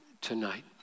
tonight